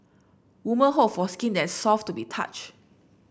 woman hope for skin that is soft to the touch